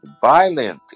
violent